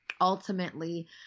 ultimately